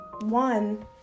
one